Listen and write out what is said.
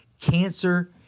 cancer